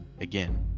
Again